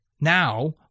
Now